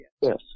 yes